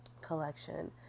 collection